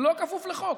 הוא לא כפוף לחוק.